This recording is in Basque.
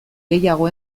gehiago